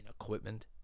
equipment